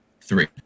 three